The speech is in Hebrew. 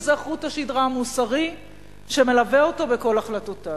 וזה חוט השדרה המוסרי שמלווה אותו בכל החלטותיו.